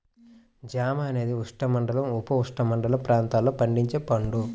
జామ అనేది ఉష్ణమండల, ఉపఉష్ణమండల ప్రాంతాలలో పండించే పండు